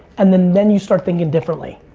and then then you start thinking differently.